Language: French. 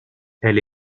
elle